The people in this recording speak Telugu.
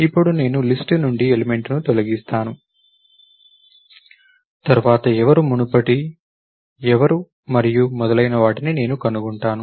ఇప్పుడు నేను లిస్ట్ నుండి ఎలిమెంట్ను తొలగిస్తాను తర్వాత ఎవరు మునుపటిది ఎవరు మరియు మొదలైనవాటిని నేను కనుగొంటాను